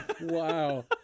Wow